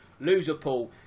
Loserpool